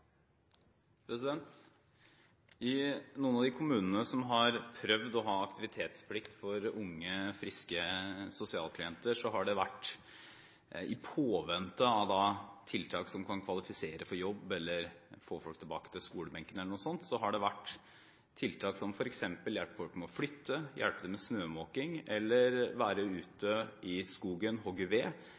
I noen av de kommunene som har prøvd å ha aktivitetsplikt for unge, friske sosialklienter, har det – i påvente av tiltak som kvalifiserer for jobb eller å få folk tilbake til skolebenken eller noe slikt – vært tiltak som f.eks. å hjelpe folk med å flytte, hjelpe til med snømåking, være ute i skogen